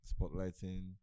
spotlighting